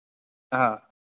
हां